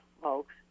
folks